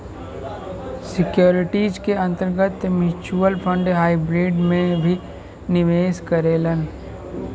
securities के अंतर्गत mutual fund hybrid में में निवेश करेलन